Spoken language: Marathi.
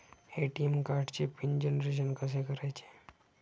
ए.टी.एम कार्डचे पिन जनरेशन कसे करायचे?